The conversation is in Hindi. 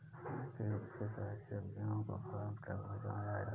हमारे खेत से सारी सब्जियों को फार्म ट्रक में भिजवाया जाता है